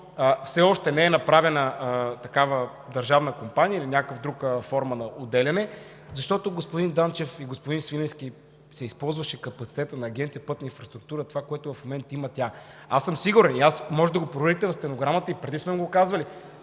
все още не е направена такава държавна компания или някаква друга форма на отделяне? Защото, господин Данчев и господин Свиленски, се използваше капацитетът на Агенция „Пътна инфраструктура“, това, което го има в момента. Сигурен съм и може да го проверите в стенограмата, и преди сме го казвали: